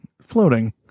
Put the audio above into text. floating